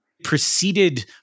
preceded